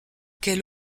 quel